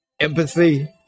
empathy